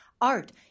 art